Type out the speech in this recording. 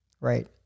right